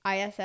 ISS